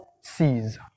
sees